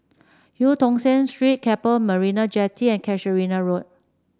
Eu Tong Sen Street Keppel Marina Jetty and Casuarina Road